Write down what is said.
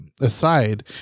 aside